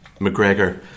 McGregor